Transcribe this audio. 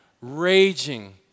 raging